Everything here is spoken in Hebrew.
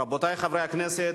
רבותי חברי הכנסת,